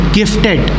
gifted